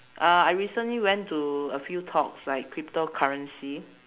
uh I recently went to a few talks like cryptocurrency